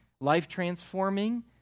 life-transforming